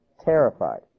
Terrified